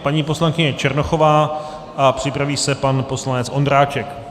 Paní poslankyně Černochová a připraví se pan poslanec Ondráček.